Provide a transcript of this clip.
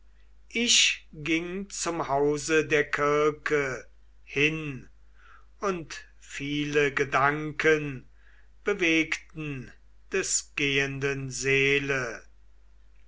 ich ging zum hause der kirke hin und viele gedanken bewegten des gehenden seele